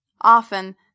Often